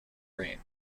reign